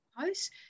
posts